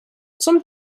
zum